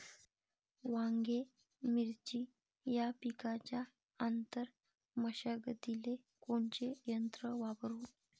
वांगे, मिरची या पिकाच्या आंतर मशागतीले कोनचे यंत्र वापरू?